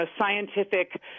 scientific